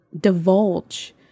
divulge